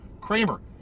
Kramer